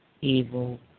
evil